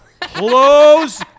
Close